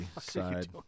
side